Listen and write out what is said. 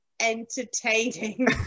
entertaining